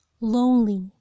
lonely